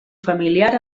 familiar